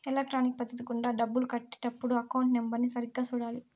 electronic పద్ధతి గుండా డబ్బులు కట్టే టప్పుడు అకౌంట్ నెంబర్ని సరిగ్గా సూడాలి